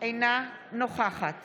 אינה נוכחת